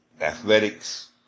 athletics